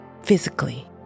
physically